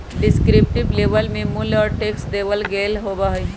descriptive label में मूल्य और टैक्स देवल गयल होबा हई